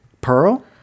Pearl